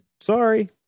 Sorry